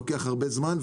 לוקח הרבה זמן,